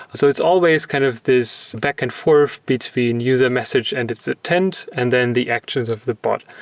so it's always kind of this back and forth between user message and its intent, and then the actions of the bot.